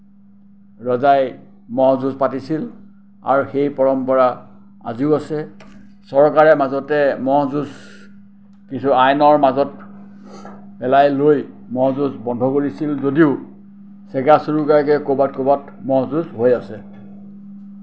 ৰজাই ম'হ যুঁজ পাতিছিল আৰু সেই পৰম্পৰা আজিও আছে চৰকাৰে মাজতে ম'হ যুঁজ কিছু আইনৰ মাজত পেলাই লৈ ম'হ যুঁজ বন্ধ কৰিছিল যদিও চিগা চুৰুকাকে ক'ৰবাত ক'ৰবাত ম'হ যুঁজ হৈ আছে